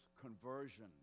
conversion